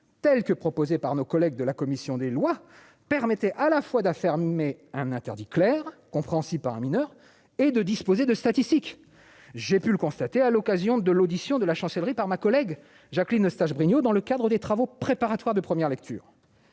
tels que proposés par nos collègues de la commission des lois permettant à la fois d'affaires mais un interdit clair, compréhensible par un mineur et de disposer de statistiques, j'ai pu le constater à l'occasion de l'audition de la Chancellerie par ma collègue Jacqueline Eustache-Brinio dans le cadre des travaux préparatoires de premières lectures.